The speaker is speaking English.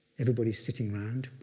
everybody's sitting round